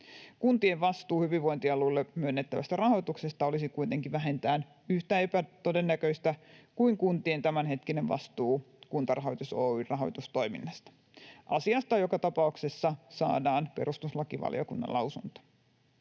Kuntien vastuu hyvinvointialueille myönnettävästä rahoituksesta olisi kuitenkin vähintään yhtä epätodennäköistä kuin kuntien tämänhetkinen vastuu Kuntarahoitus Oyj:n rahoitustoiminnasta. Asiasta joka tapauksessa saadaan perustuslakivaliokunnan lausunto.